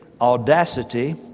audacity